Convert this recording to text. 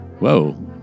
whoa